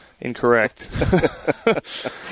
incorrect